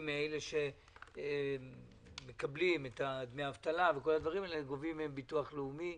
מאלה שמקבלים דמי אבטלה ביטוח לאומי,